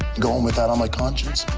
go home with that on my conscience?